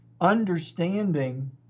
understanding